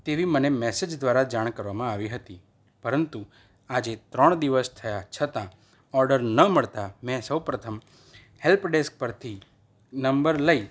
તેવી મને મેસેજ દ્વારા જાણ કરવામાં આવી હતી પરંતુ આજે ત્રણ દિવસ થયા છતાં ઓર્ડર ન મળતા મેં સૌ પ્રથમ હેલ્પ ડેસ્ક પરથી નંબર લઈ